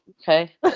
okay